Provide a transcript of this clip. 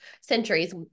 centuries